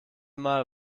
mal